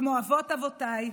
כמו אבות-אבותיי,